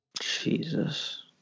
Jesus